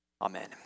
Amen